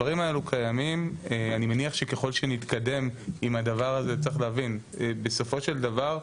אני מניח שככל שנתקדם ונתעצם עם המהלכים הללו,